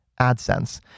AdSense